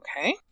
okay